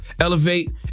elevate